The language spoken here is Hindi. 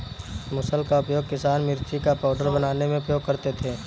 मुसल का उपयोग किसान मिर्ची का पाउडर बनाने में उपयोग करते थे